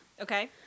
Okay